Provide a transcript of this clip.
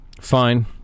Fine